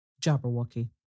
Jabberwocky